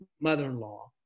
mother-in-law